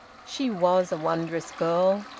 she was a wondrous girl!